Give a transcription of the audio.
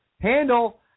handle